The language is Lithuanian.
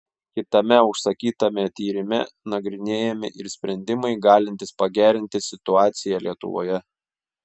kitame užsakytame tyrime nagrinėjami ir sprendimai galintys pagerinti situaciją lietuvoje